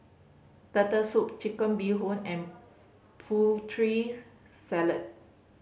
Turtle Soup Chicken Bee Hoon and Putri Salad